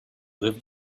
lived